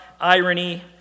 irony